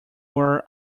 were